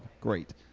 Great